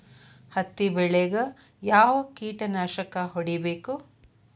ಹತ್ತಿ ಬೆಳೇಗ್ ಯಾವ್ ಕೇಟನಾಶಕ ಹೋಡಿಬೇಕು?